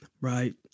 right